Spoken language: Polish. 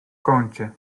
kącie